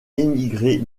émigré